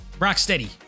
Rocksteady